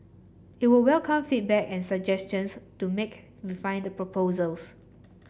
it would welcome feedback and suggestions to make refine the proposals